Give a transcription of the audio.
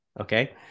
Okay